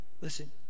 Listen